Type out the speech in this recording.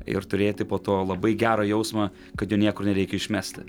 ir turėti po to labai gerą jausmą kad jo niekur nereikia išmesti